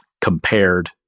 compared